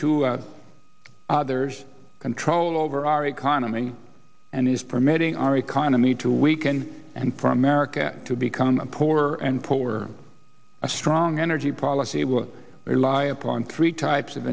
to others control over our economy and is permitting our economy to weaken and for america to become poorer and poorer a strong energy policy will rely upon three types of